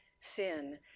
sin